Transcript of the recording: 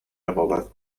رقابت